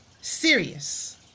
Serious